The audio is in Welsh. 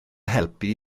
helpu